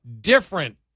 different